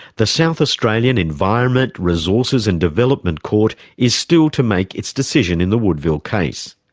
the south australian environment, resources and development court is still to make its decision in the woodville case.